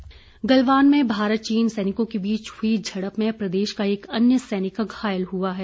सैनिक गलवान में भारत चीन सैनिकों के बीच हुई झड़प में प्रदेश का एक अन्य सैनिक घायल हुआ है